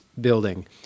building